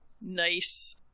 Nice